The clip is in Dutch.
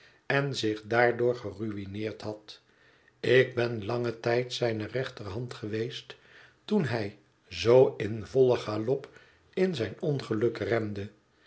en zich daardoor geruïneerd had ik ben langen tijd zijne rechterhand geweest toen hij zoo in vollen galop in zijn ongeluk rende